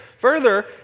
Further